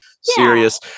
serious